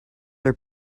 are